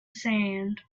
sand